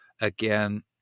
Again